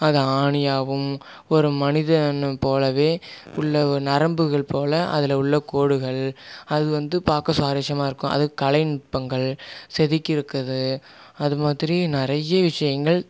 அது ஆணியாகவும் ஒரு மனிதன் போலவே உள்ள நரம்புகள் போல அதில் உள்ள கோடுகள் அது வந்து பார்க்க சுவாரஸ்யமாக இருக்கும் அது கலை நுட்பங்கள் செதுக்கியிருக்கிறது அது மாதிரி நிறைய விஷயங்கள்